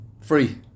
free